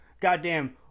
goddamn